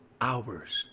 hours